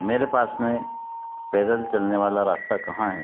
मेरे पास में पैदल चलने वाला रास्ता कहाँ है